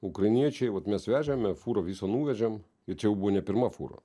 ukrainiečiai vat mes vežėme furą visą nuvežėm ir čia jau buvo ne pirma fūra